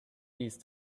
these